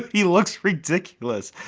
he looks ridiculous.